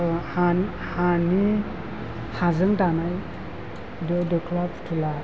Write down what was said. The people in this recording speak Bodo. हानि हानि हाजों दानाय दो दोख्ला फुथुला